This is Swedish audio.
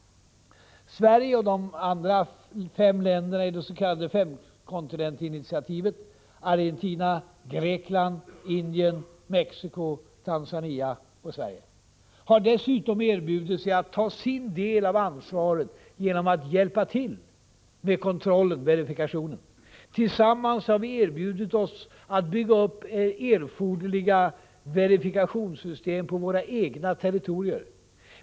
Sverige och de fem andra länderna i det s.k. femkontinentinitiativet — Argentina, Grekland, Indien, Mexico och Tanzania — har dessutom erbjudit sig att ta sin del av ansvaret genom att hjälpa till med verifikationen. Tillsammans har vi erbjudit oss att bygga upp erforderliga verifikationssystem på våra egna territorier.